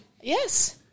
Yes